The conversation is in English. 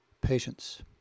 patients